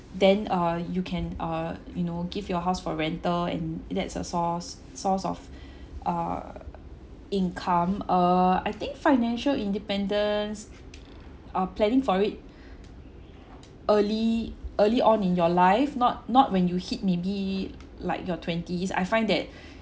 then uh you can uh you know give your house for rental and that's a source source of err income err I think financial independence uh planning for it early early on in your life not not when you hit maybe like your twenties I find that